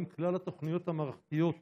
האם כלל התוכניות המערכתיות